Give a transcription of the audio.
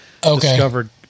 discovered